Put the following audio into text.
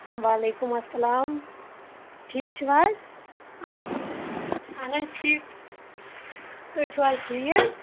وعلیکم السلام ٹھیٖک چھُو حظ اہنہٕ اہن حظ ٹھیٖک تُہۍ چھُو حظ ٹھیٖک